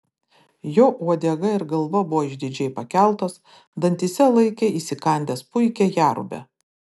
jo uodega ir galva buvo išdidžiai pakeltos dantyse laikė įsikandęs puikią jerubę